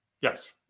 Yes